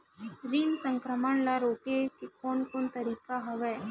कीट संक्रमण ल रोके के कोन कोन तरीका हवय?